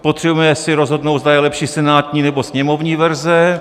Potřebujeme si rozhodnout, zda je lepší senátní, nebo sněmovní verze.